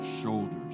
shoulders